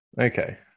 Okay